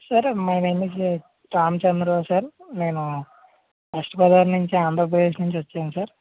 sir my name is Ramachandarao sir నేను west Godavari నుంచి ఆంధ్రప్రదేశ్ నుంచి వచ్చాను సార్